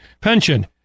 pension